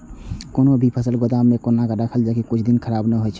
कोनो भी फसल के गोदाम में कोना राखल जाय की कुछ दिन खराब ने होय के चाही?